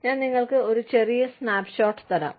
ഞാൻ നിങ്ങൾക്ക് ഒരു ചെറിയ സ്നാപ്പ്ഷോട്ട് തരാം